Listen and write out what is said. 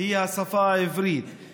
גברתי היושבת בראש,